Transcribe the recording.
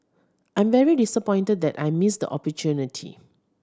I'm very disappointed that I missed the opportunity